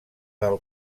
del